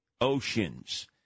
oceans